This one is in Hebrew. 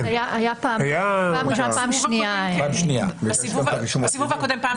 היה פעם ראשונה ופעם שנייה --- בסיבוב הקודם פעם שלישית.